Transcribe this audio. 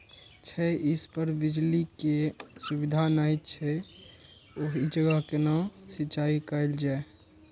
छै इस पर बिजली के सुविधा नहिं छै ओहि जगह केना सिंचाई कायल जाय?